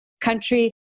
country